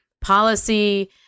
policy